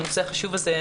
על הנושא החשוב הזה.